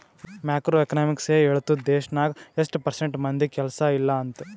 macro economics ಎ ಹೇಳ್ತುದ್ ದೇಶ್ನಾಗ್ ಎಸ್ಟ್ ಪರ್ಸೆಂಟ್ ಮಂದಿಗ್ ಕೆಲ್ಸಾ ಇಲ್ಲ ಅಂತ